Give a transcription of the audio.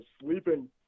sleeping